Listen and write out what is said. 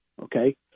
okay